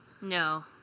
no